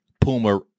Puma